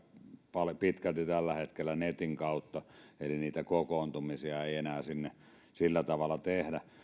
pitkälti netin kautta tällä hetkellä eli niitä kokoontumisia ei enää sillä tavalla tehdä